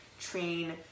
train